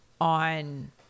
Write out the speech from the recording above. on